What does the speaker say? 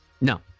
No